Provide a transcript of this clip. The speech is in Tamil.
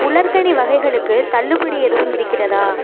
உலர்கனி வகைகளுக்கு தள்ளுபடி எதுவும் இருக்கிறதா